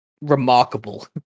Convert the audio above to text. remarkable